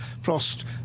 Frost